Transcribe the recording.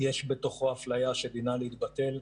יש בתוכו אפליה שדינה להתבטל,